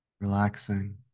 Relaxing